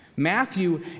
Matthew